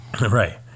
Right